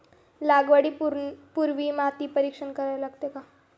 लागवडी पूर्वी माती परीक्षण करावे का?